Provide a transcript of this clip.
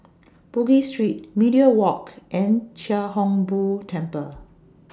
Bugis Street Media Walk and Chia Hung Boo Temple